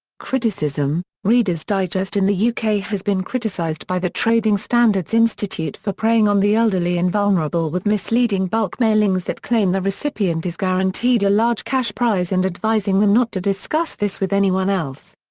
criticism reader's digest in the yeah uk has been criticised by the trading standards institute for preying on the elderly and vulnerable with misleading bulk mailings that claim the recipient is guaranteed a large cash prize and advising them not to discuss this with anyone else.